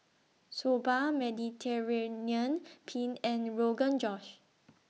Soba Mediterranean Penne and Rogan Josh